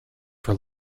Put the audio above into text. for